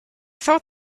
thought